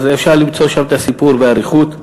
אז אפשר למצוא שם את הסיפור באריכות.